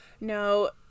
No